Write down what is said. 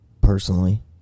personally